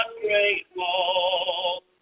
grateful